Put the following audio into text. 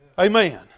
amen